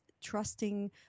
trusting